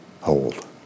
hold